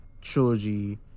trilogy